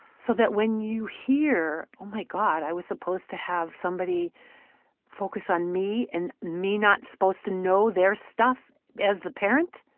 so that when you hear, oh my god, i was supposed to have somebody focus on me, and me not supposed to know their stuff as the parent?